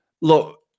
Look